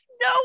no